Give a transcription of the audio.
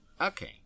Okay